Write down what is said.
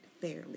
fairly